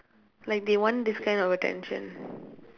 like they want this kind of attention